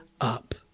up